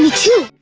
too.